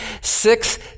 six